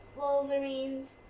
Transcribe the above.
Wolverines